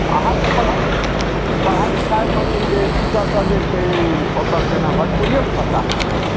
तऽ अहाँके पढ़ाइ पढ़ाइ लिखाइमे जे छै टीचर सभ जे छै ओतऽ केना भोजपुरिएमे सभटा होइत छै